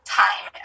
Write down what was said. time